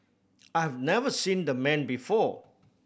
I have never seen the man before